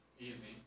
easy